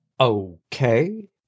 Okay